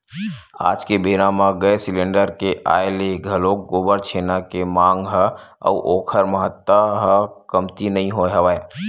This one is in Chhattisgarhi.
आज के बेरा म गेंस सिलेंडर के आय ले घलोक गोबर छेना के मांग ह अउ ओखर महत्ता ह कमती नइ होय हवय